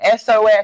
SOS